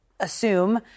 assume